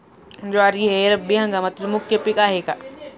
ज्वारी हे रब्बी हंगामातील मुख्य पीक आहे का?